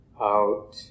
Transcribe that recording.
out